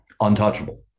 untouchable